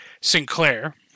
Sinclair